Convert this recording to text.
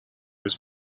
his